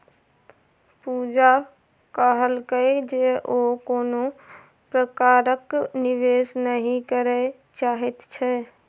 पूजा कहलकै जे ओ कोनो प्रकारक निवेश नहि करय चाहैत छै